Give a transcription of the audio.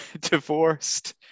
divorced